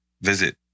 visit